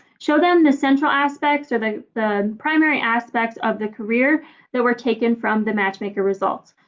show them the central aspects or the the primary aspects of the career that were taken from the matchmaker results.